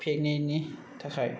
पिकनिकनि थाखाय